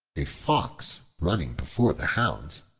a fox, running before the hounds,